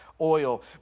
oil